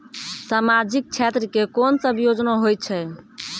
समाजिक क्षेत्र के कोन सब योजना होय छै?